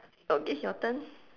okay your turn